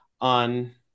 on